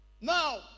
Now